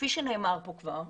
כפי שנאמר פה כבר,